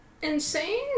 Insane